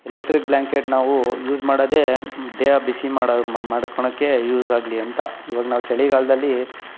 electric blanket ನಾವು use ಮಾಡೋದೆ ದೇಹ ಬಿಸಿ ಮಾಡೋ ಮಾಡ್ಕೊಳ್ಳೋಕ್ಕೆ ಯೂಸ್ ಆಗಲಿ ಅಂತ ಇವಾಗ ನಾವು ಚಳಿಗಾಲದಲ್ಲಿ